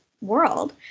world